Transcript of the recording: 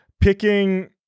picking